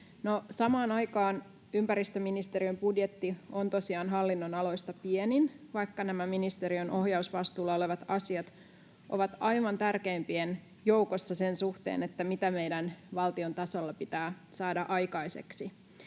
Samaan aikaan ympäristöministeriön budjetti on tosiaan hallinnonaloista pienin, vaikka nämä ministeriön ohjausvastuulla olevat asiat ovat aivan tärkeimpien joukossa sen suhteen, mitä meidän valtion tasolla pitää saada aikaiseksi.